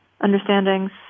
understandings